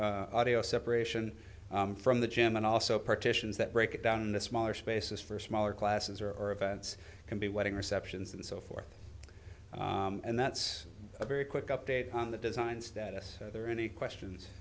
s audio separation from the gym and also partitions that break it down to smaller spaces for smaller classes or or events can be wedding receptions and so forth and that's a very quick update on the design status or any questions